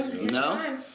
No